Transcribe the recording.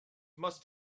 must